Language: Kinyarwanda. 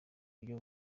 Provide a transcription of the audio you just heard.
buryo